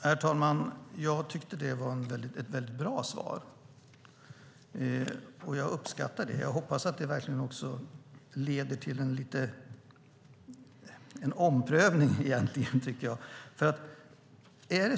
Herr talman! Jag tycker att det var ett bra svar, och jag uppskattar det. Jag hoppas att det verkligen leder till en omprövning.